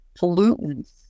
pollutants